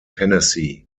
tennessee